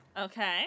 Okay